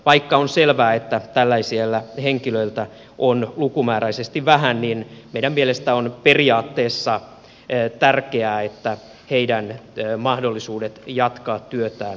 vaikka on selvää että tällaisia henkilöitä on lukumääräisesti vähän niin meidän mielestämme on periaatteessa tärkeää että heidän mahdollisuutensa jatkaa työtään myös säilytetään